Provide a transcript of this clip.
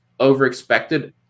overexpected